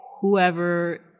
whoever